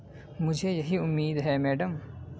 مجھے یہی امید ہے میڈم